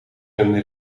een